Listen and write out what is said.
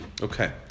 Okay